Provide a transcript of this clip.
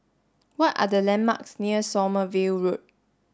what are the landmarks near Sommerville Road